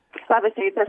labas rytas